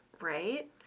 Right